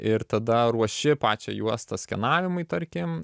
ir tada ruoši pačią juostą skenavimui tarkim